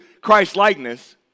Christ-likeness